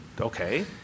okay